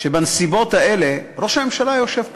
שבנסיבות האלה ראש הממשלה ישב פה.